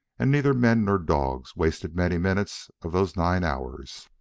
and neither men nor dogs wasted many minutes of those nine hours.